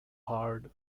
hard